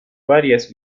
varias